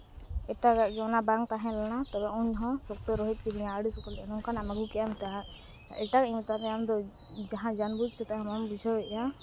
ᱮᱴᱟᱜᱟ ᱜᱮ ᱚᱱᱟ ᱵᱟᱝ ᱛᱟᱦᱮᱸ ᱞᱮᱱᱟ ᱛᱚᱵᱮ ᱩᱱ ᱦᱚᱸ ᱥᱚᱠᱛᱚᱭ ᱨᱳᱦᱮᱫ ᱠᱤᱫᱤᱧᱟᱭ ᱱᱚᱝᱠᱟᱱᱟᱢ ᱮᱢ ᱟᱹᱜᱩ ᱠᱮᱫᱼᱟ ᱢᱮᱱᱛᱮᱫ ᱮᱴᱟᱜᱟ ᱤᱧ ᱢᱮᱛᱟᱜ ᱢᱮᱭᱟ ᱟᱢ ᱫᱚ ᱡᱟᱦᱟᱸ ᱡᱟᱱ ᱵᱩᱡᱽ ᱠᱟᱛᱮᱫ ᱦᱚᱸ ᱵᱟᱢ ᱵᱩᱡᱷᱟᱹᱣᱮᱫᱼᱟ